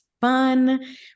fun